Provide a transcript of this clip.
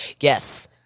Yes